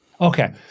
Okay